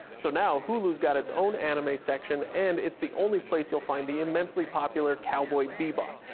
so now hulu's got its own anime section, and it's the only place you'll find the immensely popular cowboy bebop,